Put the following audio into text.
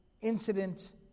incident